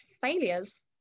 failures